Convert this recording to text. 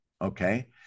Okay